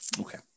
Okay